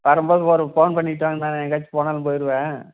வரும் போது ஒரு ஃபோன் பண்ணிட்டு வாங்க நான் எங்கேயாச்சும் போனாலும் போயிடுவேன்